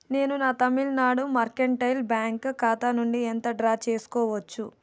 నేను నా Tamil Nadu mercantile bank ఖాతా నుండి ఎంత డ్రా చేసుకోవచ్చు